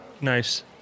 nice